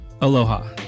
Aloha